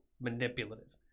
manipulative